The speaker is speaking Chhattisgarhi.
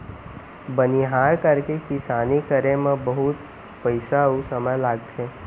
बनिहार करके किसानी करे म बहुत पइसा अउ समय लागथे